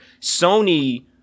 Sony